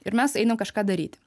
ir mes einam kažką daryti